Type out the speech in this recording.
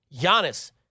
Giannis